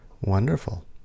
Wonderful